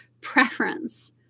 preference